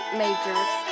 majors